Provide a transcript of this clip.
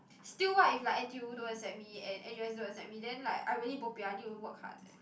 still what if like N_T_U don't accept me and N_U_S don't accept me then like I really bo bian I need to work hard eh